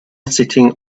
sitting